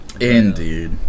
Indeed